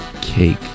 cake